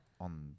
on